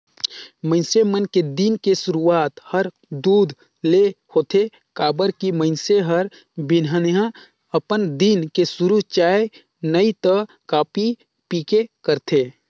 मइनसे मन के दिन के सुरूआत हर दूद ले होथे काबर की मइनसे हर बिहनहा अपन दिन के सुरू चाय नइ त कॉफी पीके करथे